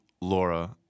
Laura